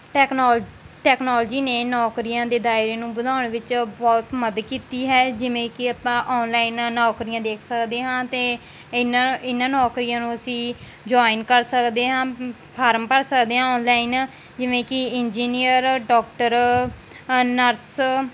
ਟੈਕਨੋਲ technology ਨੇ ਨੌਕਰੀਆਂ ਦੇ ਦਾਇਰੇ ਨੂੰ ਵਧਾਉਣ ਵਿੱਚ ਬਹੁਤ ਮਦਦ ਕੀਤੀ ਹੈ ਜਿਵੇਂ ਕਿ ਆਪਾਂ ਆਨਲਾਈਨ ਨੌਕਰੀਆਂ ਦੇਖ ਸਕਦੇ ਹਾਂ ਅਤੇ ਇਹਨਾਂ ਇਹਨਾਂ ਨੌਕਰੀਆਂ ਨੂੰ ਅਸੀਂ ਜੁਆਇਨ ਕਰ ਸਕਦੇ ਹਾਂ ਫਾਰਮ ਭਰ ਸਕਦੇ ਹਾਂ ਆਨਲਾਈਨ ਜਿਵੇਂ ਕਿ ਇੰਜੀਨੀਅਰ ਡਾਕਟਰ ਨਰਸ